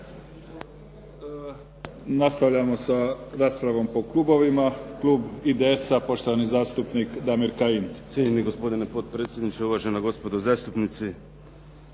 Nastavljamo sa raspravom po klubovima. Klub IDS-a, poštovani zastupnik Damir Kajin. **Kajin, Damir (IDS)** Cijenjeni gospodine potpredsjedniče, uvažena gospodo zastupnici.